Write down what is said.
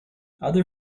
other